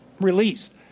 released